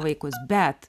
vaikus bet